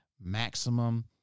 maximum